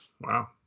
Wow